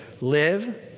live